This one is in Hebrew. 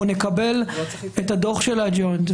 נקבל את הדוח של הג'וינט,